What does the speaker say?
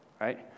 right